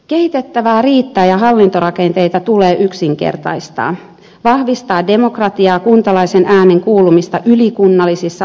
kehitettävää riittää ja tulee yksinkertaistaa hallintorakenteita ja vahvistaa demokratiaa kuntalaisen äänen kuulumista ylikunnallisissa organisaatioissa